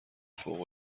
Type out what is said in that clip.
فوق